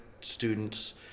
students